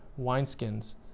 wineskins